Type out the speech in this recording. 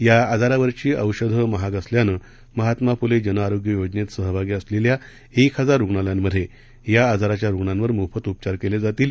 या आजारावरची औषधं महाग असल्यानं महात्मा फुले जनआरोग्य योजनेत सहभागी असलेल्या एक हजार रुग्णालयांमध्ये या आजाराच्या रुग्णांवर मोफत उपचार केले जातील